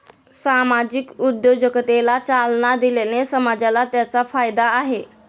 सामाजिक उद्योजकतेला चालना दिल्याने समाजाला त्याचा फायदा आहे